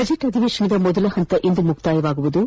budget ಅಧಿವೇಶನದ ಮೊದಲ ಪಂತ ಇಂದು ಮುಕ್ತಾಯಗೊಳ್ಳಲಿದ್ದು